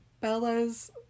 Bella's